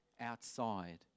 outside